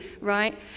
right